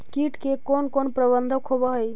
किट के कोन कोन प्रबंधक होब हइ?